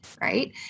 right